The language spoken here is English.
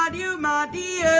um you make